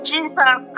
Jesus